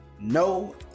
No